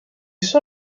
suo